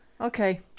Okay